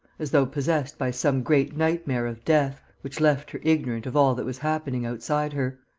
as though possessed by some great nightmare of death, which left her ignorant of all that was happening outside her.